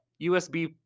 USB